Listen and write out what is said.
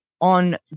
on